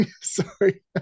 Sorry